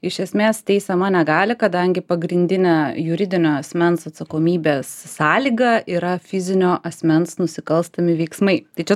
iš esmės teisiama negali kadangi pagrindinė juridinio asmens atsakomybės sąlyga yra fizinio asmens nusikalstami veiksmai tai čia